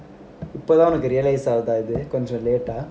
இப்போ தான் உனக்கு:ippo thaan unakku realise ஆகுதா கொஞ்சம்:aaguthaa konjam late ah